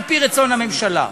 על-פי רצון הממשלה.